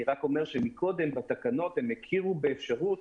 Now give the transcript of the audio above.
אני רק אומר שקודם בתקנות כן הכירו באפשרות